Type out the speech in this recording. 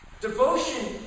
Devotion